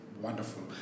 wonderful